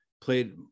played